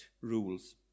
rules